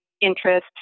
interest